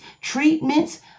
treatments